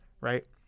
right